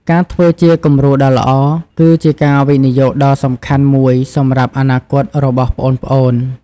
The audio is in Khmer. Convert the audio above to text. ការធ្វើជាគំរូដ៏ល្អគឺជាការវិនិយោគដ៏សំខាន់មួយសម្រាប់អនាគតរបស់ប្អូនៗ ។